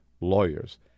lawyers